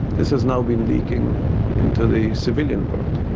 this has now been leaking into the civilian world.